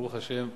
ברוך השם,